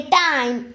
time